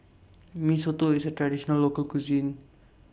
Mee Soto IS A Traditional Local Cuisine